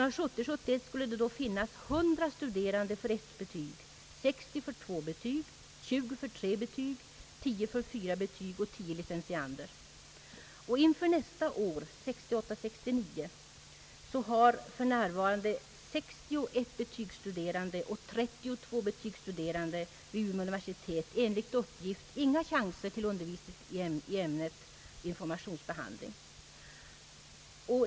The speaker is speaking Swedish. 1970 69, har för närvarande 60 ettbetygsstuderande och 30 tvåbetygsstuderande vid Umeå universitet enligt uppgift inga chanser till undervisning i ämnet informationsbehandling.